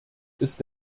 ist